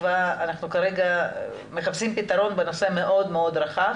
אנחנו כרגע מחפשים פתרון לנושא מאוד-מאוד רחב